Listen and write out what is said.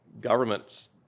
government's